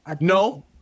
No